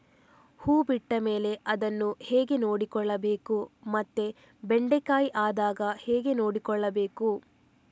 ಹೂ ಬಿಟ್ಟ ಮೇಲೆ ಅದನ್ನು ಹೇಗೆ ನೋಡಿಕೊಳ್ಳಬೇಕು ಮತ್ತೆ ಬೆಂಡೆ ಕಾಯಿ ಆದಾಗ ಹೇಗೆ ನೋಡಿಕೊಳ್ಳಬೇಕು?